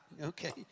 Okay